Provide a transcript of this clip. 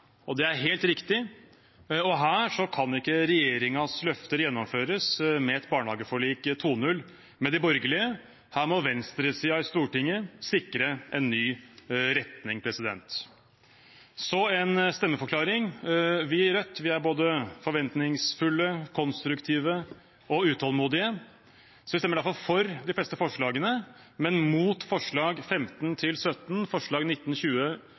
og det er helt riktig. Her kan ikke regjeringens løfter gjennomføres med et barnehageforlik 2.0 med de borgerlige. Her må venstresiden i Stortinget sikre en ny retning. Så en stemmeforklaring: Vi i Rødt er både forventningsfulle, konstruktive og utålmodige, så vi stemmer derfor for de fleste forslagene, men mot